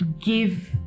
give